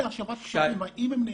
--- להשבת כספים, האם הן נאכפות?